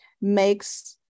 makes